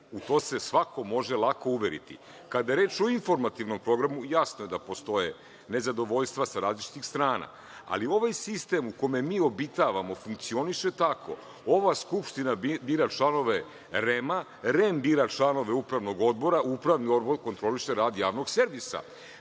U to se može svako lako uveriti. Kada je reč o informativnom programu, jasno je da postoje nezadovoljstva sa različitih strana, ali ovaj sistem u kome mi obitavamo funkcioniše tako - ova Skupština bira planove REM-a, REM bira članove Upravnog odbora, Upravni odbor kontroliše rad Javnog servisa. Mi